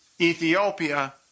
Ethiopia